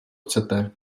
chcete